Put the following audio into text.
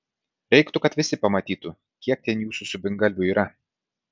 reiktų kad visi pamatytų kiek ten jūsų subingalvių yra